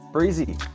Breezy